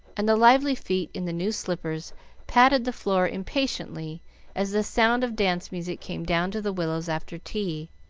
and the lively feet in the new slippers patted the floor impatiently as the sound of dance music came down to the willows after tea,